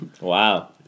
wow